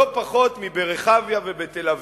לא פחות מברחביה ובתל-אביב.